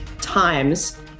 times